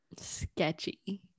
sketchy